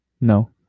No